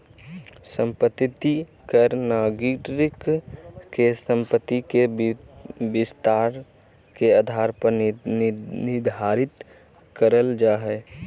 संपत्ति कर नागरिक के संपत्ति के विस्तार के आधार पर निर्धारित करल जा हय